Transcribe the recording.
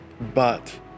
but